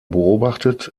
beobachtet